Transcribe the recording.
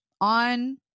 on